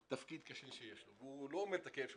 תפקיד קשה יש לו והוא לא אומר את הכאב שלו.